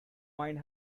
mind